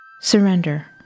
Surrender